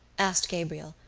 asked gabriel,